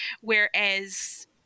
Whereas